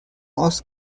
aus